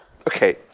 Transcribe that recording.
Okay